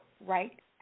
right